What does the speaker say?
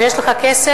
אם יש לך כסף,